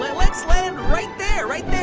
let's land right there. right there,